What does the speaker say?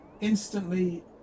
instantly